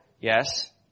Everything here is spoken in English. Yes